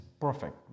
perfect